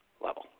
level